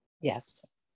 Yes